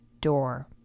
door